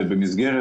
ובמסגרת,